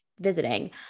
visiting